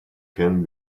can